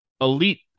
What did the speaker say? elite